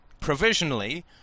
provisionally